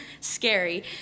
scary